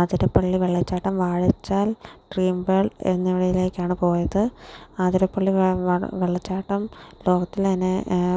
അതിരപ്പള്ളി വെള്ളച്ചാട്ടം Vazhachal dream world എന്നിവയിലേക്കാണ് പോയത് അതിരപ്പള്ളി വെള്ളച്ചാട്ടം ലോകത്തിലെ തന്നെ